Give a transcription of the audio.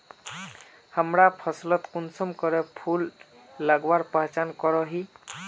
हमरा फसलोत कुंसम करे फूल लगवार पहचान करो ही?